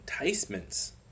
enticements